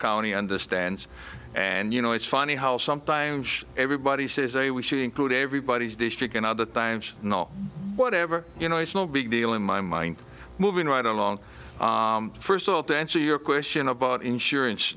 county understands and you know it's funny how sometimes everybody says a we should include everybody's district in other times whatever you know it's no big deal in my mind moving right along first of all to answer your question about insurance